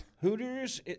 Hooters